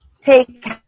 take